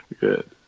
Good